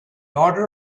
order